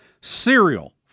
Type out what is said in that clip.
Cereal